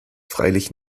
freilich